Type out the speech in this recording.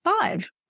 five